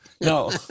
No